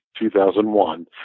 2001